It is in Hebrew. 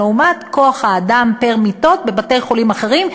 לעומת כוח-האדם פר-מיטות בבתי-חולים אחרים,